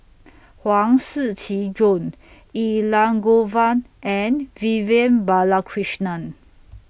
Huang Shiqi Joan Elangovan and Vivian Balakrishnan